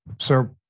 sir